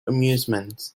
amusements